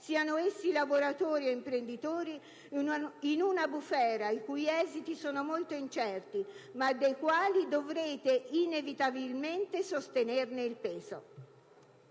siano essi lavoratori o imprenditori, in una bufera i cui esiti sono molto incerti, ma dei quali dovrete inevitabilmente sostenere il peso.